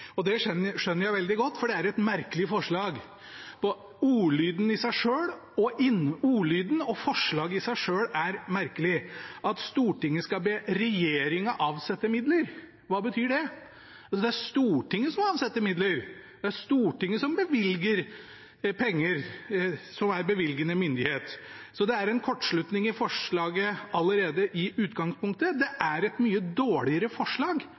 og det skjønner jeg veldig godt, for det er et merkelig forslag. Ordlyden og forslaget er i seg selv merkelig – at Stortinget skal be regjeringen «avsette midler». Hva betyr det? Det er Stortinget som avsetter midler. Det er Stortinget som bevilger penger, som er bevilgende myndighet. Så det er en kortslutning i forslaget allerede i utgangspunktet. Det er et mye dårligere forslag